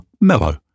mellow